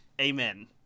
amen